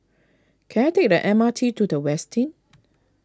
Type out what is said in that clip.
can I take the M R T to the Westin